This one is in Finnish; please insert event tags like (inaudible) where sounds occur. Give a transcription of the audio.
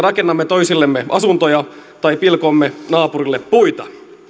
(unintelligible) rakennamme toisillemme asuntoja tai pilkomme naapurille puita